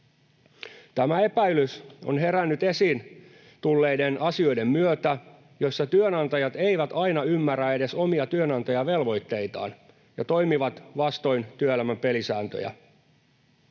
Tämä epäilys on herännyt esiin tulleiden asioiden myötä, joissa työnantajat eivät aina ymmärrä edes omia työnantajavelvoitteitaan ja toimivat vastoin työelämän pelisääntöjä.